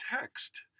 text